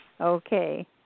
Okay